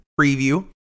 preview